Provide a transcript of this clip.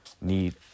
need